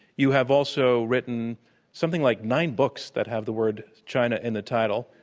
you have also written something like nine books that have the word china in the title